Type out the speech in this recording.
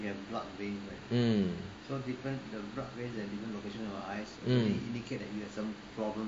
and blood being um so different races and even location or ice indicate that you have some problem